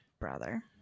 Brother